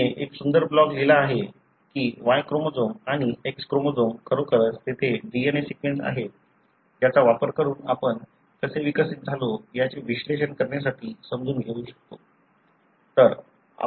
तिने एक सुंदर ब्लॉग लिहिला आहे की Y क्रोमोझोम आणि X क्रोमोझोम खरोखरच तेथे DNA सिक्वेन्स आहेत ज्याचा वापर करून आपण कसे विकसित झालो याचे विश्लेषण करण्यासाठी समजून घेऊ शकतो